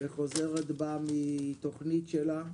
וחוזרת בה מתוכנית שלה.